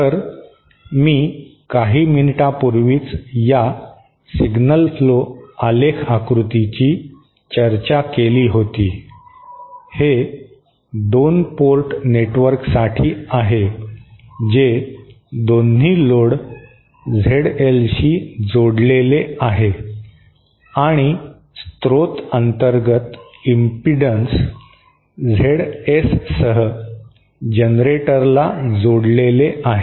तर मी काही मिनिटांपूर्वीच या सिग्नल फ्लो आलेख आकृतीची चर्चा केली होती हे 2 पोर्ट नेटवर्कसाठी आहे जे दोन्ही लोड झेडएलशी जोडलेले आहे आणि स्त्रोत अंतर्गत इम्पिडन्स झेडएससह जनरेटरला जोडलेले आहे